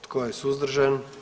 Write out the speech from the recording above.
Tko je suzdržan?